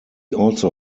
also